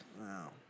Wow